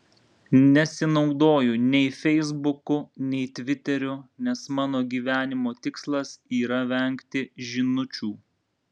nesinaudoju nei feisbuku nei tviteriu nes mano gyvenimo tikslas yra vengti žinučių